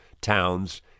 towns